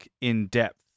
in-depth